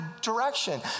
direction